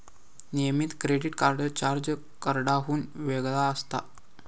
नियमित credit card charge कार्डाहुन वेगळा असता